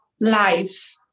life